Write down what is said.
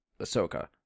Ahsoka